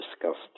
discussed